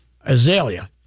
Azalea